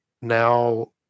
now